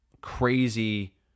crazy